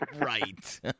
Right